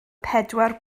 pedwar